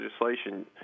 legislation